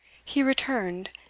he returned,